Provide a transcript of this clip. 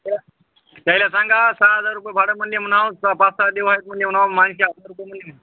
त्याला सांगा सहा हजार रुपये भाडं म्हणजे म म्हणावं स पाच सहा देव आहेत म्हणजे म्हणावं माणशी हजार रुपये घेईन